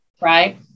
Right